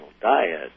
diet